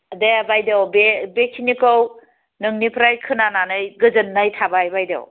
दे by the way बे बेखिनिखौ नोंनिफ्राय खोनानानै गोजोननाय थाबाय बायदेव